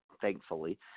thankfully